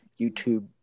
YouTube